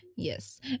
Yes